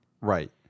right